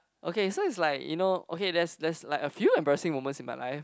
okay so it's like you know okay there's there's like a few embarrassing moments in my life